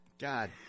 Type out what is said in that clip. God